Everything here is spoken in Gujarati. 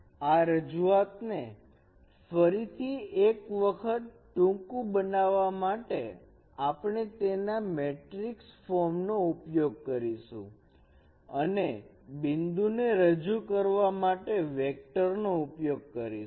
આ રજૂઆત ને ફરી એક વખત ટૂંકું બનાવવા માટે આપણે તેના મેટ્રિક્સ ફોર્મનો ઉપયોગ કરીશું અને બિંદુ ને રજૂ કરવા માટે વેક્ટર નો ઉપયોગ કરીશું